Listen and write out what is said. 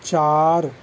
چار